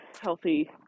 healthy